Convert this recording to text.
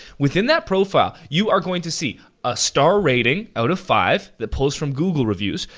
within that profile, you are going to see a star rating, out of five that pulls from google reviews,